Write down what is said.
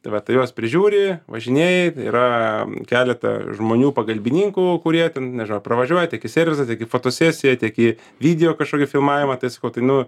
tai va tai juos prižiūri važinėji yra keletą žmonių pagalbininkų kurie ten nežinau pravažiuoja tiek į servisą tiek į fotosesiją tiek į video kažkokį filmavimą tai sakau tai nu